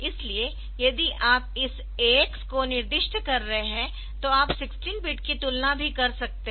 इसलिए यदि आप इस AX को निर्दिष्ट कर रहे है तो आप 16 बिट की तुलना भी कर सकते है